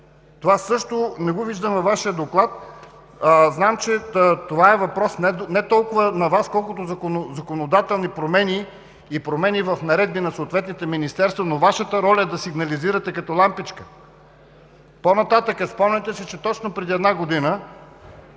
Това също не го виждам във Вашия доклад. Знам, че това е въпрос не толкова за Вас, колкото на законодателни промени и промени в съответните министерства, но Вашата роля е да сигнализирате като лампичка. По-нататък! Спомняте си, че точно преди една година